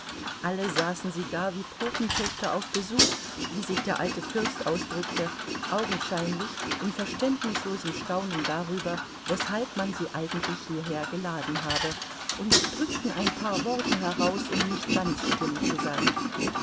alle saßen sie da wie popentöchter auf besuch wie sich der alte fürst ausdrückte augenscheinlich in verständnislosem staunen darüber weshalb man sie eigentlich hierher geladen habe und drückten ein paar worte heraus um nicht ganz stumm zu sein